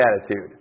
attitude